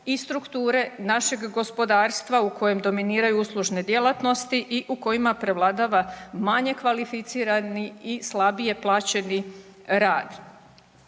i strukture našeg gospodarstva u kojem dominiraju uslužne djelatnosti i u kojima prevladava manje kvalificirani i slabije plaćeni rad.